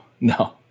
no